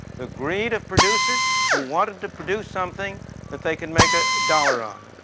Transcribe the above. the greed of producers who wanted to produce something that they can make a dollar on.